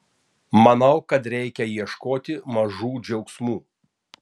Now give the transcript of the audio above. manau kad reikia ieškoti mažų džiaugsmų